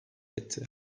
etti